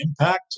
impact